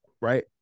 right